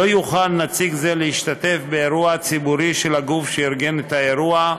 לא יוכל נציג זה להשתתף באירוע ציבורי של הגוף שארגן את האירוע,